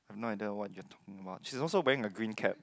no I don't know what you talking about she also wearing a green cap